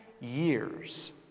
years